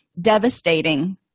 devastating